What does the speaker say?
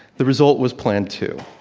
the result was plan two.